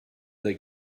they